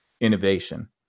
innovation